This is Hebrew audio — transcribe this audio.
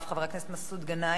חבר הכנסת מסעוד גנאים.